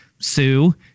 Sue